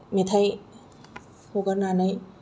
मेथाइ हगारनानै